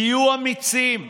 תהיו אמיצים,